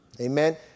amen